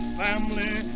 family